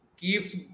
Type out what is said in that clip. keeps